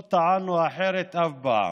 לא טענו אחרת אף פעם.